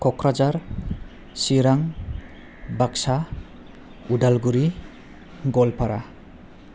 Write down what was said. Kokrajhar Chirang Baksa Udalguri Goalpara